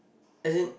as in